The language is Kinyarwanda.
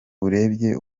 urebye